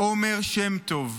עומר שם טוב,